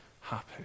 happy